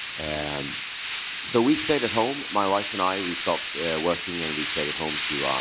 and so we stayed at home, my wife and i, we stopped working and we stayed at home to.